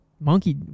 monkey